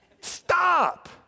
stop